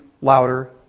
louder